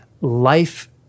life